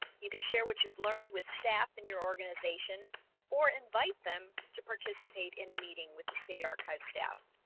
you can share what you've learned with staff in your organization or invite them to participate in a meeting with the state archive staff?